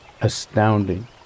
astounding